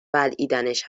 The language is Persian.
بلعیدنش